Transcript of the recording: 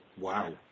Wow